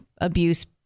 abuse